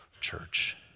church